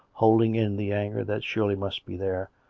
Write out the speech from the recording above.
hold ing in the anger that surely must be there,